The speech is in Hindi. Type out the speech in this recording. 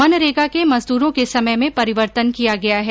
मनरेगा के मजदूरों के समय में परिवर्तन किया गया है